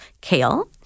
kale